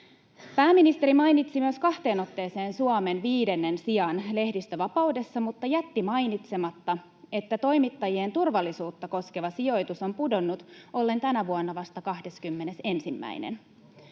Pääministeri mainitsi myös kahteen otteeseen Suomen viidennen sijan lehdistönvapaudessa, mutta jätti mainitsematta, että toimittajien turvallisuutta koskeva sijoitus on pudonnut ollen tänä vuonna vasta 21:s.